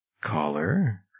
caller